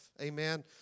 Amen